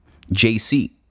JC